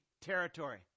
territory